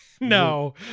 No